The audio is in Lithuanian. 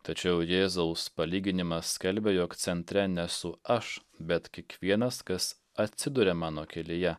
tačiau jėzaus palyginimas skelbia jog centre nesu aš bet kikvienas kas atsiduria mano kelyje